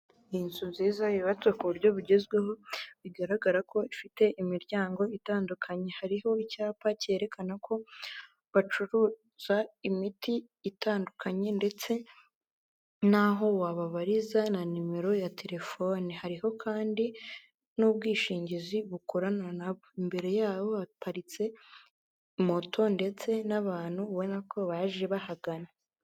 Inzu nziza yubatswe ku buryo bugezweho, bigaragara ko ifite imiryango itandukanye. Hariho icyapa cyerekana ko bacuruza imiti itandukanye ndetse naho wababariza na nimero ya telefoni. Hariho kandi n'ubwishingizi bukorana nabo. Imbere yaho haparitse moto ndetse n'abantu ubona ko baje bahagana.